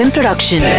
Production